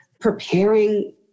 preparing